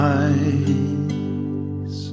eyes